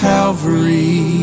Calvary